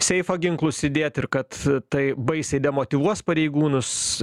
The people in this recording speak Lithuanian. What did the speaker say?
seifą ginklus įdėt ir kad tai baisiai demotyvuos pareigūnus